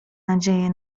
nadzieje